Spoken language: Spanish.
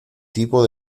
tipo